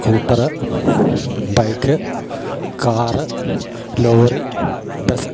scooter bike car lorry bus